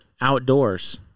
outdoors